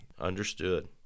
Understood